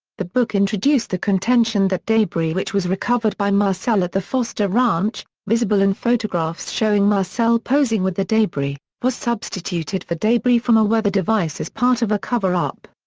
the book introduced the contention that debris which was recovered by marcel at the foster ranch, visible in photographs showing marcel posing with the debris, was substituted for debris from a weather device as part of a cover-up.